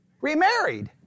remarried